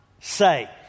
say